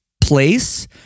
place